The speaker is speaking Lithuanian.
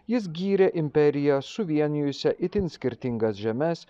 jis gyrė imperiją suvienijusią itin skirtingas žemes